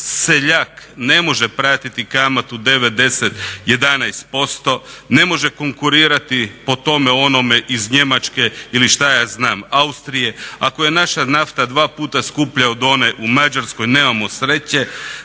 seljak ne može pratiti kamatu 9, 10, 11%, ne može konkurirati po tome onome iz Njemačke ili što ja znam Austrije. Ako je naša nafta dva puta skuplja od one u Mađarskoj nemamo sreće